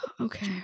Okay